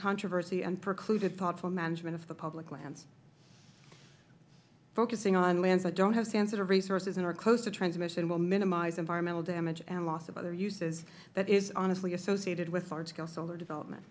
controversy and precluded thoughtful management of the public lands focusing on lands that don't have sensitive resources and are close to transmission will minimize environmental damage and loss of other uses that is honestly associated with large scale solar development